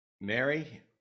Mary